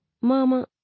Mama